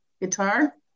guitar